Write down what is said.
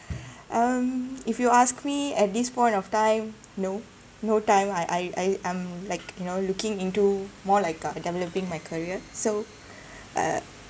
um if you ask me at this point of time no no time I I I I'm like you know looking into more like uh developing my career so uh